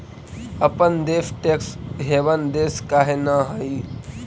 अपन देश tax haven देश काहे न हई?